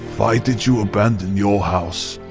why did you abandon your house?